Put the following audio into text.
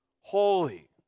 holy